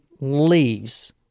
leaves